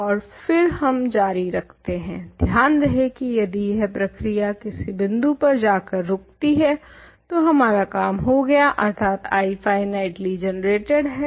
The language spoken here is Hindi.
और फिर हम जारी रखते हैं ध्यान रहे की यदि यह प्रक्रिया किसी बिंदु पर जाकर रूकती है तो हमारा काम हो गया अर्थात I फाइनाइटली जनरेटेड है